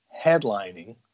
headlining